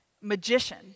magician